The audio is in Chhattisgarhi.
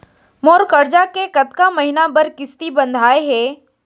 मोर करजा के कतका महीना बर किस्ती बंधाये हे?